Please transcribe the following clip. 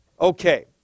Okay